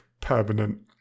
permanent